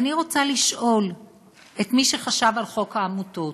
ואני רוצה לשאול את מי שחשב על חוק העמותות,